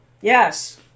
Yes